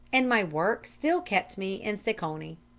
and my work still kept me in seconee.